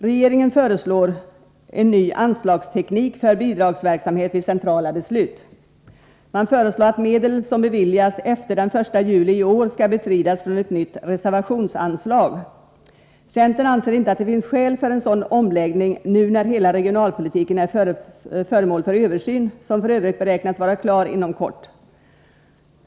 Regeringen föreslår en ny anslagsteknik för bidragsverksamheten vid centrala beslut. Man föreslår att medel som beviljas efter den 1 juli i år skall bestridas från ett nytt reservationsanslag. Centern anser inte att det finns skäl för en sådan omläggning nu när hela regionalpolitiken är föremål för en översyn, som f. ö. beräknas vara klar inom kort.